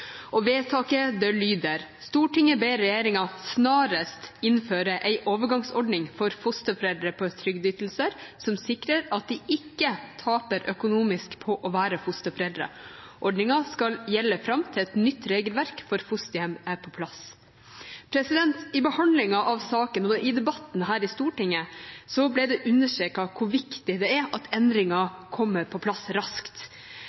Vedtaket lyder: «Stortinget ber regjeringa snarast innføre ei overgangsordning for fosterforeldre på trygdeytingar, som sikrar at dei ikkje tapar økonomisk på å vere fosterforeldre. Ordninga skal gjelde fram til eit nytt regelverk for fosterheimar er på plass.» I behandlingen av saken og i debatten her i Stortinget ble det understreket hvor viktig det er at endringen kommer på plass raskt,